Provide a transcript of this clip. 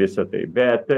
visa tai bet